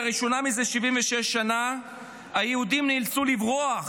לראשונה מזה 76 שנה היהודים נאלצו לברוח